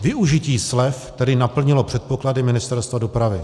Využití slev tedy naplnilo předpoklady Ministerstva dopravy.